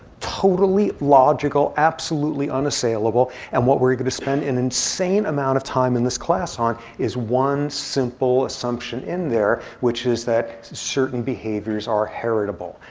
totally logical, absolutely unassailable. and what we're going to spend an insane amount of time in this class on is one simple assumption in there, which is that certain behaviors are heritable.